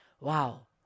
Wow